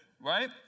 right